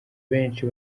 benshi